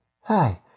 hi